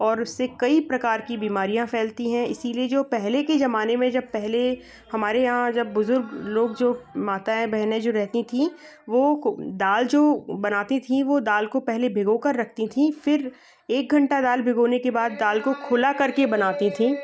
और उससे कई प्रकार की बीमारियाँ फैलती हैं इसीलिए जो पहले के जमाने मे जब पहले हमारे यहाँ जब बुजुर्ग लोग जो माताएं बहनें रहती थी वो को दाल जो बनती थी वो दाल को पहले भिंगो कर रखती थी फिर एक घंटा डाल भिगोने के बाद दाल को खौला कर के बनाती थी